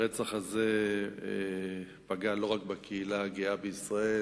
הרצח הזה פגע לא רק בקהילה הגאה בישראל,